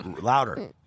Louder